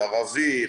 ערבי,